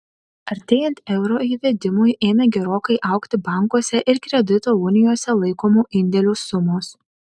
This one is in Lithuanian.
artėjant euro įvedimui ėmė gerokai augti bankuose ir kredito unijose laikomų indėlių sumos